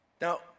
Now